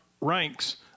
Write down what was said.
ranks